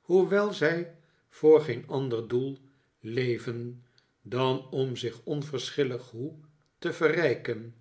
hoewel zij voor geen ander doel leven dan om zich onverschillig hoe te verrijken